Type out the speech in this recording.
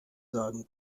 sagen